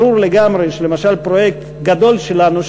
ברור לגמרי שלמשל פרויקט גדול שלנו,